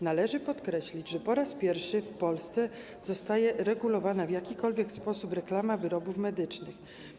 Należy podkreślić, że po raz pierwszy w Polsce zostaje uregulowana w jakikolwiek sposób reklama wyrobów medycznych.